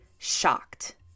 shocked